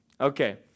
okay